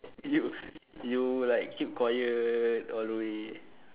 you you like keep quiet all the way